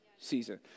season